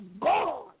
God